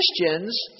Christians